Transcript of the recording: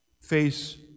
face